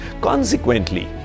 Consequently